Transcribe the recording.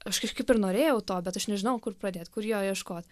aš kažkaip ir norėjau to bet aš nežinojau kur pradėt kur jo ieškot